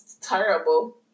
terrible